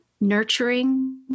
nurturing